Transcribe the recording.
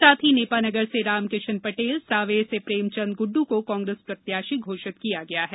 साथ ही नेपा नगर से रामकिशन पटेल सांवेर से प्रेमचंद गुड्ड को कांग्रेस प्रत्याशी घोषित किया गया है